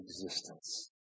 existence